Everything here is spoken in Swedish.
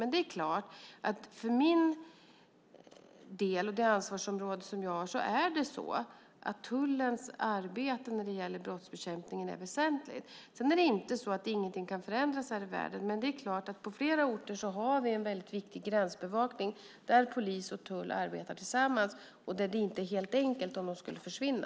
Det är klart att för min del och för det ansvarsområde jag har är tullens arbete när det gäller brottsbekämpning väsentligt. Det är dock inte så att inget här i världen kan förändras, men det är klart att på flera orter har vi en viktig gränsbevakning där polis och tull arbetar tillsammans och där det inte är helt enkelt om de skulle försvinna.